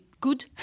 Good